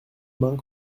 mains